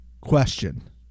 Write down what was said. Question